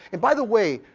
and by the way,